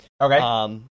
Okay